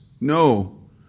No